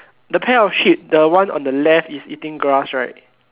the pair of sheep the one of the left is eating grass right